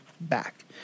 back